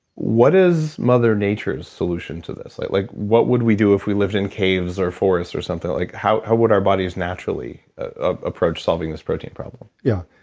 what is mother nature's solution to this? like like what would we do if we lived in cave or forests or something like that? how would our bodies naturally approach solving this protein problem? yeah.